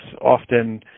often